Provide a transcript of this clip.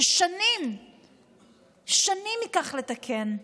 ששנים ייקח לתקן.